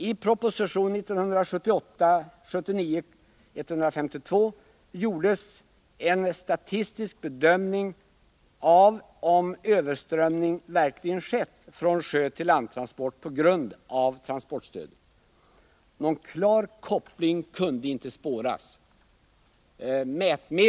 I proposition 1978/79:152 gjordes en statistisk bedömning för att utröna om överströmning från sjötill landtransport verkligen skett på grund av transportstödet. Någon klar koppling kunde inte redovisas.